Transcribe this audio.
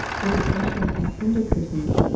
with especially nice window curtains.